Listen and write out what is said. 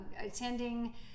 attending